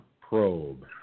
probe